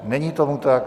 Není tomu tak.